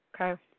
okay